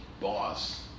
boss